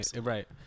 Right